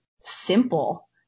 simple